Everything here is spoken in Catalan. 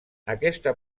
aquesta